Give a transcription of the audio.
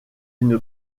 une